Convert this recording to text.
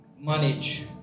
manage